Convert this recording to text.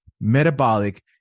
metabolic